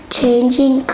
changing